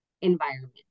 environment